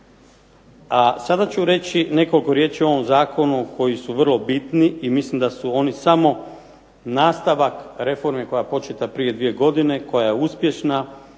A sada ću reći nekoliko riječi o ovom zakonu koji su vrlo bitni i mislim da su oni samo nastavak reforme koja je počela prije dvije godine, koja je uspješna.